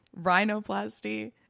Rhinoplasty